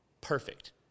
perfect